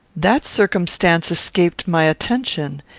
that circumstance escaped my attention,